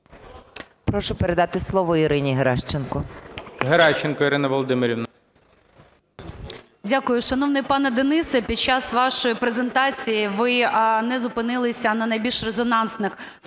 Прошу передати слово Ірині Геращенко.